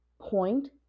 point